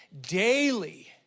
daily